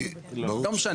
אני לא הייתי שם.